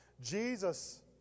Jesus